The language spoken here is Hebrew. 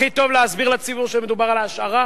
הכי טוב להסביר לציבור שמדובר על השארה